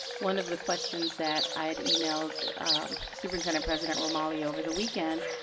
one of the questions that i have emailed superintendent-president romali over the weekend,